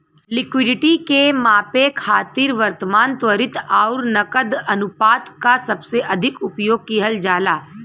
liquidity के मापे खातिर वर्तमान, त्वरित आउर नकद अनुपात क सबसे अधिक उपयोग किहल जाला